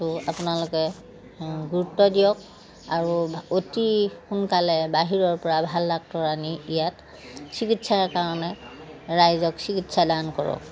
টো আপোনালোকে গুৰুত্ব দিয়ক আৰু অতি সোনকালে বাহিৰৰ পৰা ভাল ডাক্তৰ আনি ইয়াত চিকিৎসাৰ কাৰণে ৰাইজক চিকিৎসাদান কৰক